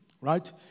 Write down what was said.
right